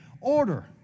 order